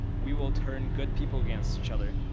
we will turn good people against each other.